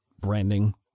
branding